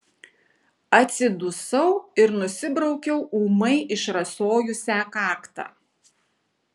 atsidusau ir nusibraukiau ūmai išrasojusią kaktą